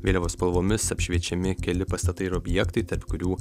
vėliavos spalvomis apšviečiami keli pastatai ir objektai tarp kurių